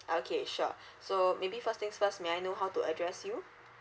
okay sure so maybe first things first may I know how to address you